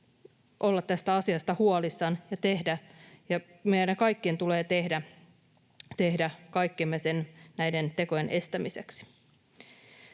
olla tästä asiasta huolissaan, ja meidän kaikkien tulee tehdä kaikkemme näiden tekojen estämiseksi.